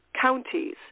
counties